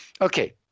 Okay